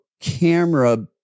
camera